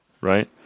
Right